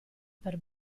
per